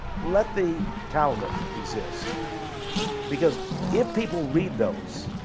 let the talmud exist because if people read those,